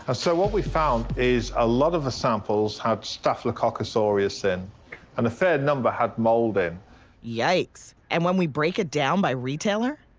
ah so what we found is a lot of the samples had staphylococcus ah aureus in and a fair number had mould in. asha yikes. and when we break it down by retailer.